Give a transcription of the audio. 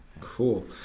Cool